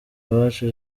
uwacu